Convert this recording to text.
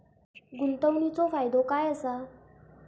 गुंतवणीचो फायदो काय असा?